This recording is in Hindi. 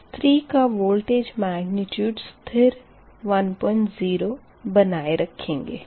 बस 3 का वोल्टेज मैग्निट्यूड स्थिर 10 बनाए रखेंगे